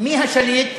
מי השליט,